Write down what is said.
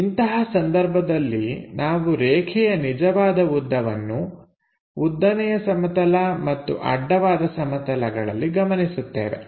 ಇಂತಹ ಸಂದರ್ಭದಲ್ಲಿ ನಾವು ರೇಖೆಯ ನಿಜವಾದ ಉದ್ದವನ್ನು ಉದ್ದನೆಯ ಸಮತಲ ಮತ್ತು ಅಡ್ಡವಾದ ಸಮತಲಗಳಲ್ಲಿ ಗಮನಿಸುತ್ತೇವೆ